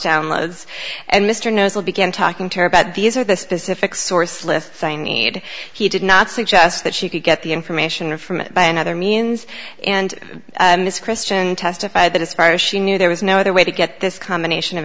downloads and mr knows will begin talking to her about these are the specific source lists i need he did not suggest that she could get the information from him by another means and this christian testified that as far as she knew there was no other way to get this combination of